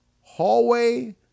hallway